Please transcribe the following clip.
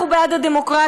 ואנחנו בעד הדמוקרטיה,